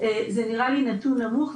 זה נראה לי נתון נמוך.